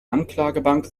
anklagebank